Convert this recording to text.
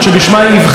הייתם מאמינים?